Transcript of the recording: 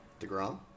DeGrom